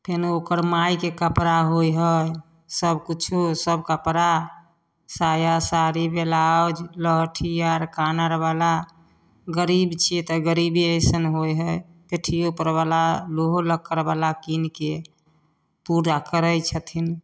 फेर ओकर माइके कपड़ा होइ हइ सबकिछु सब कपड़ा साया साड़ी ब्लाउज लहठी आर कान आरवला गरीब छिए तऽ गरीबे अइसन होइ हइ पेठिओपरवला लोहो लक्कड़वला कीनिके पूरा करै छथिन